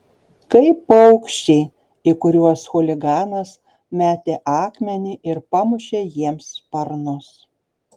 kaip paukščiai į kuriuos chuliganas metė akmenį ir pamušė jiems sparnus